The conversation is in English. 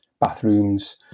bathrooms